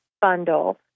bundle